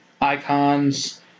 icons